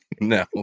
No